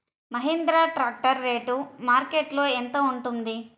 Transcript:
Mahindra tractor rate మార్కెట్లో యెంత ఉంటుంది?